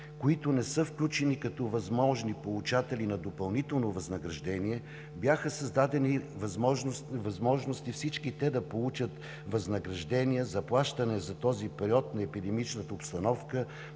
които не са включени като възможни получатели на допълнително възнагражения, бяха създадени възможности всички те да получат възнаграждение, заплащане за този период на епидемичната обстановка,